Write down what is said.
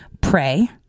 pray